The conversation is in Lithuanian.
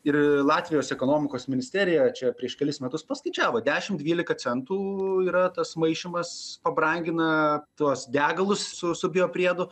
ir latvijos ekonomikos ministerija čia prieš kelis metus paskaičiavo dešim dvylika centų yra tas maišymas pabrangina tuos degalus su su bio priedu